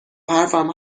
حرفم